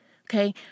Okay